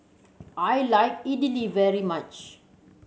I like Idili very much